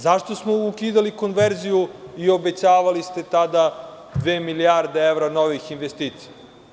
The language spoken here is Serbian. Zašto ste onda ukidali konverziju i obećavali tada dve milijarde evra novih investicija?